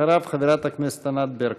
אחריו, חברת הכנסת ענת ברקו.